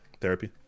therapy